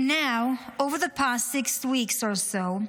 "And now, over the past six weeks or so,